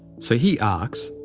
so, he asks,